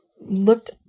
looked